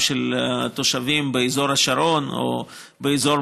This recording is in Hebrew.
של התושבים באזור השרון או באזור